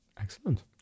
Excellent